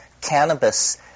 cannabis